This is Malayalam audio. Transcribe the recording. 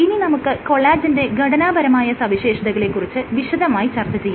ഇനി നമുക്ക് കൊളാജെന്റെ ഘടനപരമായ സവിശേഷതകളെ കുറിച്ച് വിശദമായി ചർച്ച ചെയ്യാം